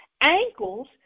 Ankles